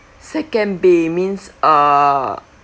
second bay means uh